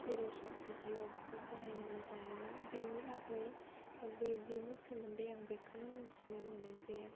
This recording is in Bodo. जेरै शर्ट भिडिय' बेफोरखौ नायनो मोजां मोनो बेनि बागै बे बेनि सोमोन्दै आं बेखौनो मिन्थिनो मोनो जे